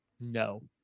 No